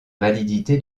validité